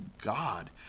God